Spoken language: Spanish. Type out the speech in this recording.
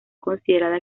considerada